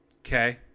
Okay